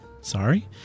Sorry